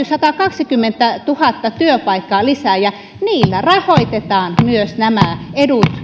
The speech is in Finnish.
satakaksikymmentätuhatta työpaikkaa lisää ja niillä rahoitetaan myös nämä edut